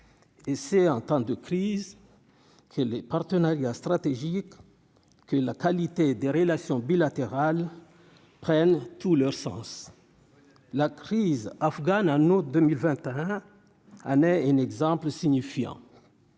et c'est en temps de crise qui les partenariats stratégiques que la qualité des relations bilatérales prennent tout leur sens, la crise afghane, un autre 2021 Anne, elle est un exemple signifiant,